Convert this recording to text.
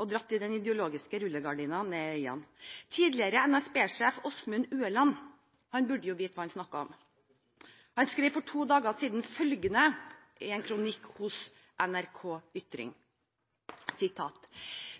og dratt den ideologiske rullegardinen helt ned foran øynene. Tidligere NSB-sjef Osmund Ueland burde jo vite hva han snakker om. Han skrev for to dager siden følgende i en kronikk på NRK Ytring: